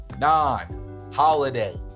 non-holiday